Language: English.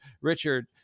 Richard